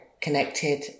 connected